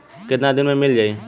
कितना दिन में मील जाई?